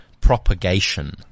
propagation